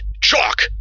Chalk